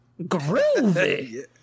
groovy